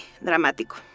dramático